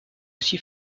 aussi